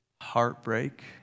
Heartbreak